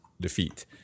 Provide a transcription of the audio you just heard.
defeat